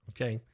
Okay